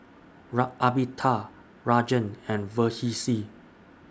Amitabh Rajan and Verghese